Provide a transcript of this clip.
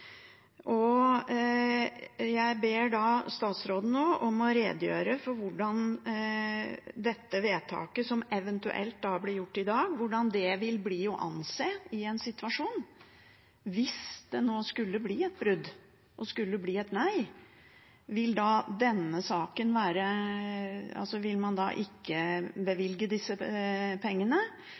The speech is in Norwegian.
og jeg ber statsråden nå om å redegjøre for hvordan dette vedtaket, som eventuelt blir gjort i dag, vil bli å anse i en situasjon. Hvis det nå skulle bli et brudd, og skulle bli et nei, vil man da ikke bevilge disse pengene, og komme tilbake i en ny sak? Eller hvordan vil